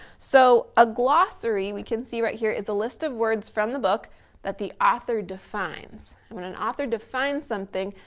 so a glossary, we can see right here is a list of words from the book that the author defines. when an author define something,